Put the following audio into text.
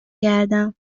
کردم